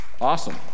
Awesome